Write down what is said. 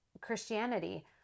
Christianity